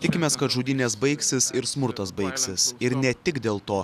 tikimės kad žudynės baigsis ir smurtas baigsis ir ne tik dėl to